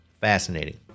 Fascinating